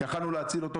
יכולנו להציל אותו,